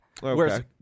Whereas